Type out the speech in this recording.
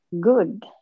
good